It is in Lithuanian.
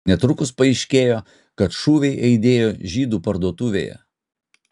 netrukus paaiškėjo kad šūviai aidėjo žydų parduotuvėje